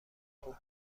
خوب